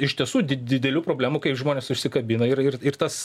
iš tiesų di didelių problemų kai žmonės užsikabina ir ir ir tas